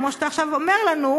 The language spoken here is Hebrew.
כמו שאתה עכשיו אומר לנו,